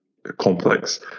complex